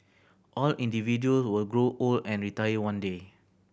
all individual will grow old and retire one day